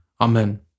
Amen